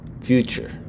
future